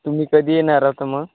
तुम्ही कधी येणार आता मग